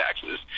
taxes